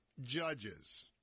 judges